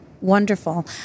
Wonderful